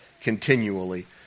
continually